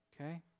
Okay